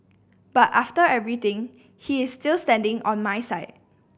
but after everything he is still standing on my side